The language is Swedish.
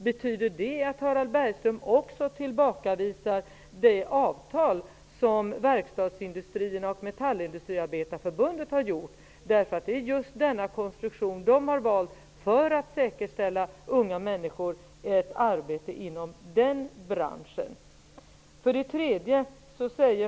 Betyder det att Harald Bergström också tillbakavisar det avtal som verkstadsindustrierna och Metallindustriarbetareförbundet har gjort? De har valt just den här konstruktionen för att säkerställa unga människor ett arbete inom den branschen.